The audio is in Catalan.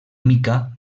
mica